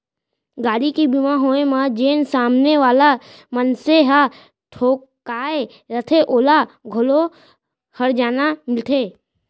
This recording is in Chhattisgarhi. गाड़ी के बीमा होय म जेन सामने वाला मनसे ह ठोंकाय रथे ओला घलौ हरजाना मिलथे